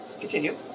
Continue